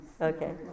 Okay